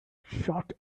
shot